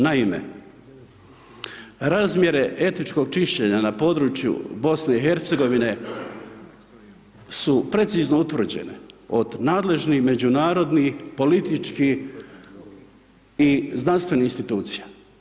Naime, razmjere etničkog čišćenja na području BiH-a su precizno utvrđene od nadležnih međunarodnih, političkih i znanstvenih institucija.